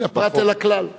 מן הפרט אל הכלל.